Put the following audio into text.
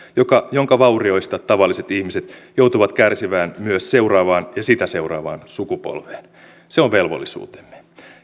jonka vaurioista tavalliset ihmiset joutuvat kärsimään myös seuraavaan ja sitä seuraavaan sukupolveen se on velvollisuutemme